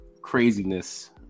craziness